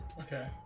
Okay